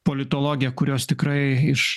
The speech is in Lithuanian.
politologė kurios tikrai iš